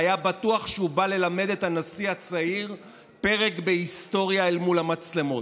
והיה בטוח שהוא בא ללמד את הנשיא הצעיר פרק בהיסטוריה אל מול המצלמות.